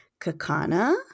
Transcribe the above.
Kakana